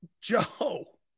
Joe